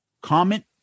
comment